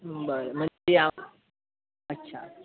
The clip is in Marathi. बरं मग ते हा अच्छा